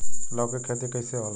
लौकी के खेती कइसे होला?